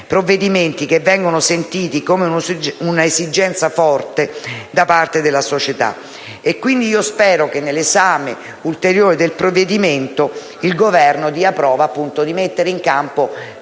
provvedimenti che vengono sentiti come un'esigenza forte da parte della società. Pertanto, spero che nell'esame ulteriore del provvedimento il Governo metterà in campo